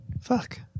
Fuck